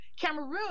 Cameroon